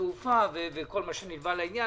וכל מה שנלווה לעניין.